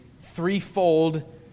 threefold